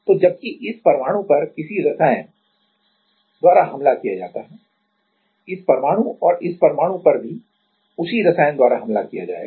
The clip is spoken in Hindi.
तो जबकि इस परमाणु पर किसी रसायन द्वारा हमला किया जाता है इस परमाणु और इस परमाणु पर भी उसी रसायन द्वारा हमला किया जाएगा